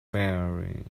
faring